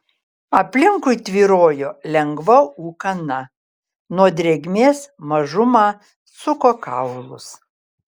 aplinkui tvyrojo lengva ūkana nuo drėgmės mažumą suko kaulus